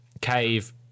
cave